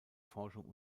forschung